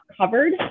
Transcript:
covered